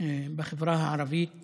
בחברה הערבית